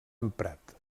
emprat